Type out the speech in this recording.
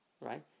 right